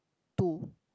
two